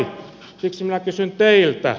siksi minä kysyn teiltä